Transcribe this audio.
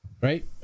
Right